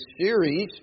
series